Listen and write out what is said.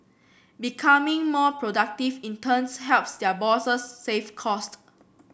becoming more productive in turns helps their bosses save cost